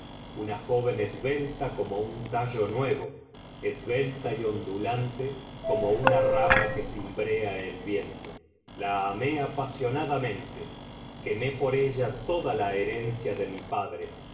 una joven esbelta como un tallo nuevo esbelta y ondulante como una rama que cimbrea el viento la amé apasionadamente quemé por ella toda la herencia de mi padre